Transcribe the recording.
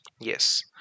yes